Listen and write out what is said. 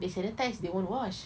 they sanitise they won't wash